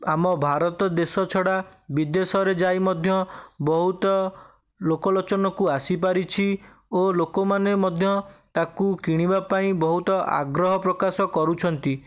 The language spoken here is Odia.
ଆମ ଭାରତ ଦେଶ ଛଡ଼ା ବିଦେଶରେ ଯାଇ ମଧ୍ୟ ବହୁତ ଲୋକଲୋଚନକୁ ଆସିପାରିଛି ଓ ଲୋକମାନେ ମଧ୍ୟ ତାକୁ କିଣିବା ପାଇଁ ବହୁତ ଆଗ୍ରହ ପ୍ରକାଶ କରୁଛନ୍ତି